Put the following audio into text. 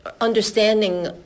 understanding